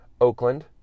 Oakland